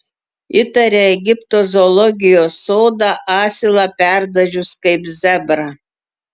įtaria egipto zoologijos sodą asilą perdažius kaip zebrą